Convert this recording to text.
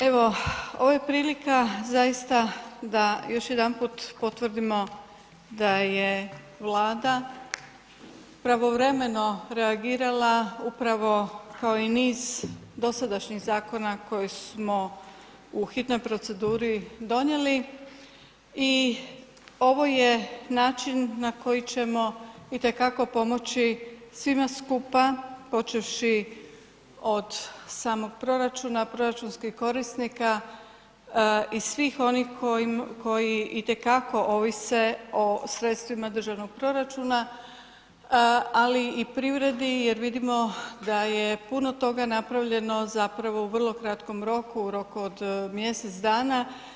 Evo ovo je prilika zaista da još jedanput potvrdimo da je Vlada pravovremeno reagirala upravo kao i niz dosadašnjih zakona koje smo u hitnoj proceduri donijeli i ovo je način na koji ćemo itekako pomoći svima skupa, počevši od samog proračuna, proračunskih korisnika i svih onih koji itekako ovise o sredstvima državnog proračuna, ali i privredi jer vidimo da je puno toga napravljeno zapravo u vrlo kratkom roku, u roku od mjesec dana.